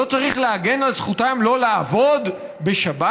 לא צריך להגן על זכותם לא לעבוד בשבת?